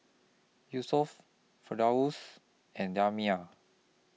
Yusuf Firdaus and Damia